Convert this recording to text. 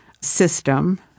system